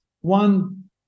one